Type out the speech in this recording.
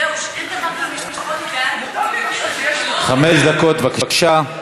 חמש דקות, בבקשה.